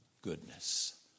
goodness